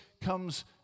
comes